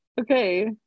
okay